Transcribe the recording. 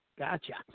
Gotcha